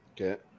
okay